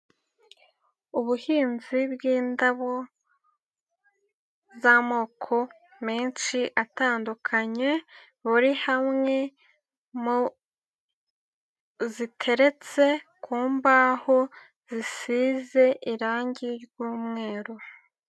Ubuhinzi bwindabo z'amoko menshi atandukanye buri hamwe mo ziteretse ku mbaho zisize irangi ry'umweru.